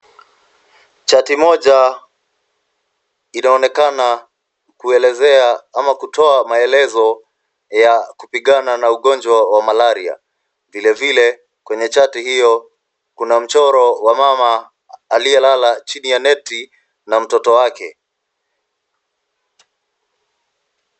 Chati moja inaonekana kuelezea au kutoa maelezo ya kupigana na ugonjwa wa malaria. Vilevile kwenye chati hiyo kuna mchoro wa mama aliyelala chini ya neti na mtoto wake.